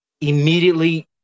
immediately